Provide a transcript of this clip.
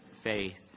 faith